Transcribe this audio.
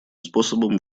способом